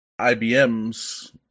IBM's